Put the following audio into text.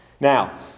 Now